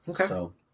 Okay